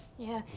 yeah,